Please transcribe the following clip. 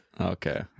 Okay